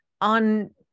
on